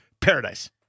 paradise